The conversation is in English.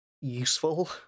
useful